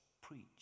Preach